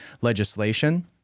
legislation